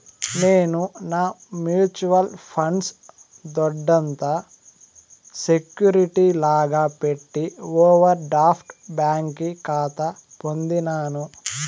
నేను నా mutual funds దొడ్డంత సెక్యూరిటీ లాగా పెట్టి ఓవర్ డ్రాఫ్ట్ బ్యాంకి కాతా పొందినాను